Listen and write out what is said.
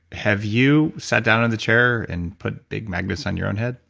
have you sat down in the chair and put big magnets on your own head?